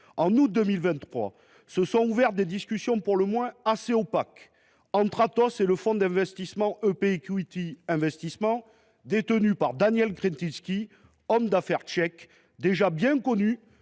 En août 2023, se sont ouvertes des discussions pour le moins assez opaques entre Atos et le fonds d’investissement EP Equity Investment (EPEI) détenu par Daniel Kretinsky, homme d’affaires tchèque, déjà bien connu